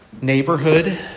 neighborhood